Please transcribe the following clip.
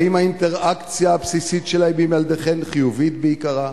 האם האינטראקציה הבסיסית שלהם עם ילדכם חיובית בעיקרה?